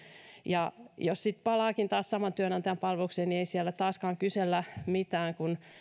ja jos sitten palaakin taas saman työnantajan palvelukseen niin ei siellä taaskaan kysellä mitään kun